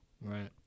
Right